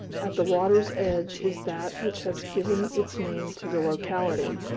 at the water's edge is that which has given its name to the locality,